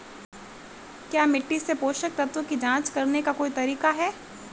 क्या मिट्टी से पोषक तत्व की जांच करने का कोई तरीका है?